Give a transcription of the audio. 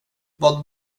vad